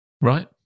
Right